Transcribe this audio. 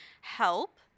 help